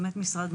אנו משרד גדול